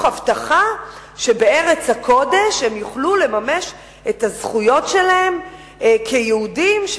הבטחה שבארץ הקודש הם יוכלו לממש את הזכויות שלהם כיהודים,